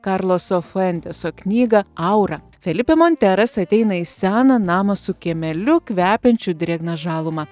karloso fuenteso knygą aura felipė monteras ateina į seną namą su kiemeliu kvepiančiu drėgna žaluma